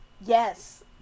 Yes